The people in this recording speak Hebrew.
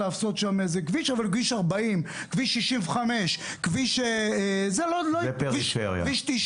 אבל כביש 40 או כביש 65 או כביש 90